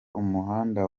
umuhanda